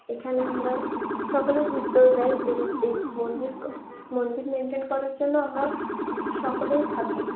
এখানে আমরা সকলে ঘুরতেও যাই এবং এই মন্দির মন্দির মেইনটেন করার জন্য আমরা সকলে থাকি